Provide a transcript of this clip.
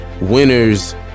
Winners